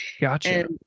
Gotcha